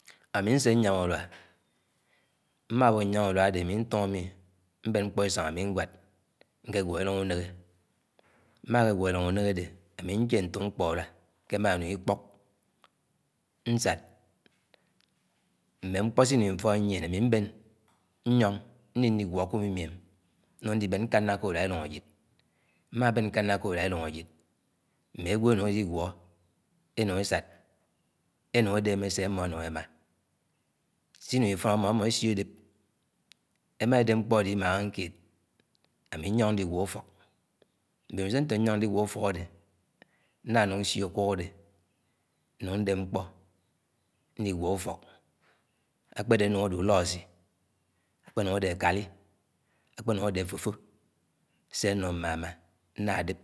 . Ám̃o nse ññyám ùñie mm̃awóñyam únia àdé ám̃i ñwad nkéguo ìtúng únẽghẽ. Mmã ke guọ ilũng adé ạmi nehẽ ntók mkpo ùrúa ké, émá inung ikpọk mmẽ m̃kpo sinũng, ifõon nyien, ami mbẽn nyon nm̃áigúo ke ùmimiem ming níbén nkáña ke úrúa ilúng ajide mma bén nkáná ké ùrúa ilúng ajid, mme ánwọ énúng eli guọ énũng ésad enung èdémé se àmo enung émã. Sinúng ifọn amọ enung esio édop, em̃a edép mkpó adé imãa àkãng-kéed, ami nyong nliguo ùfúa. Mbẽmíso nte nyong nligho ùfọk ade nánúng ñsio, àkúk adé nñung ndẽp mkpọ nniguọ ùfọk, àkpédé anúngadé ùlọásii, akpenúngadé àkálí, akpenúngadé fófó se ánáng mmsámá nnádép.